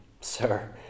Sir